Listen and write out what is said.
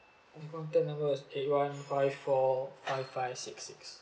my contact number is eight one five four five five six six